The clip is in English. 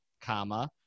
comma